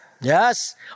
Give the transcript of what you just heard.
Yes